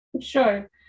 Sure